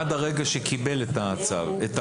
עד הרגע שקיבל את האיזוק.